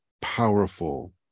powerful